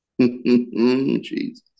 jesus